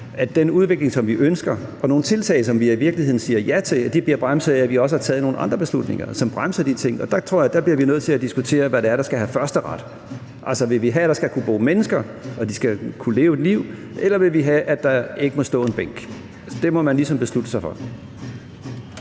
at den udvikling, som vi ønsker, og nogle tiltag, som vi i virkeligheden siger ja til, bliver bremset af, at vi også har taget nogle andre beslutninger, som bremser de ting. Der tror jeg, vi bliver nødt til at diskutere, hvad det er, der skal have førsteret. Vil vi have, at der skal kunne bo mennesker, og at de skal kunne leve et liv, eller vil vi have, at der ikke må stå en bænk? Det må man ligesom beslutte sig for.